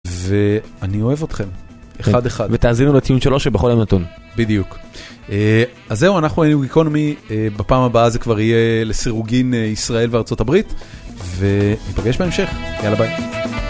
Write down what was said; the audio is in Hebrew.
ואני אוהב אתכם אחד אחד. ותאזינו לציון 3 ובכל יום נתון. בדיוק אז זהו אנחנו היינו גיקונומי בפעם הבאה זה כבר יהיה לסירוגין ישראל וארצות הברית ונפגש בהמשך.